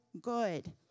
good